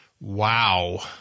Wow